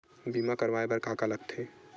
बीमा करवाय बर का का लगथे?